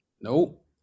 Nope